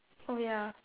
oh ya